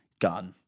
Gun